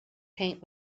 paint